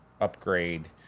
upgrade